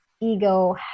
ego